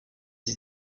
sie